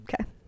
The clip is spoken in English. Okay